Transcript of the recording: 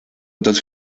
dos